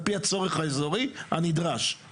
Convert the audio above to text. על פי הצורך האזורי הנדרש.